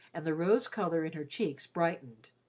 and the rose colour in her cheeks brightened.